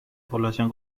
población